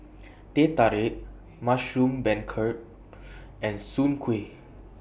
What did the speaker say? Teh Tarik Mushroom Beancurd and Soon Kuih